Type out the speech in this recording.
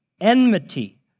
enmity